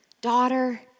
daughter